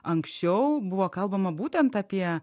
anksčiau buvo kalbama būtent apie